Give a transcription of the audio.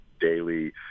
daily